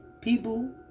People